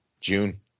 June